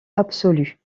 absolu